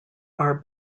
are